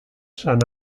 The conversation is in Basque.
san